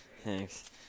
Thanks